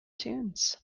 tunes